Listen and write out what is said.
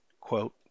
quote